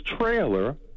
trailer